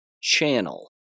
channel